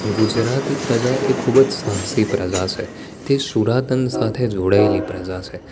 ગુજરાતી પ્રજા એ ખૂબ જ સાહસી પ્રજા છે તે શુરાતન સાથે જોડાયેલી પ્રજા છે